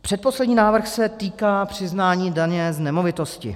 Předposlední návrh se týká přiznání daně z nemovitosti.